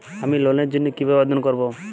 আমি লোনের জন্য কিভাবে আবেদন করব?